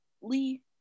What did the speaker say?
Lee